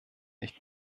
nicht